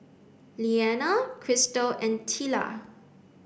Lilliana Kristal and Tilla